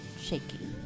shaking